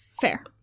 Fair